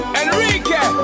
Enrique